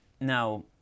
Now